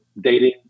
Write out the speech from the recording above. dating